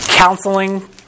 counseling